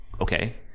Okay